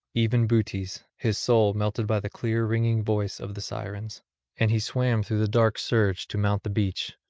even butes, his soul melted by the clear ringing voice of the sirens and he swam through the dark surge to mount the beach,